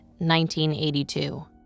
1982